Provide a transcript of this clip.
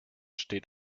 steht